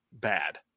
bad